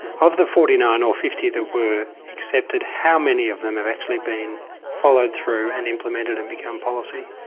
of the forty nine or fifty that were accepted, how many of them have actually been followed through and implemented and become policy?